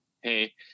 hey